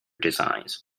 designs